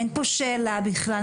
אין פה שאלה בכלל.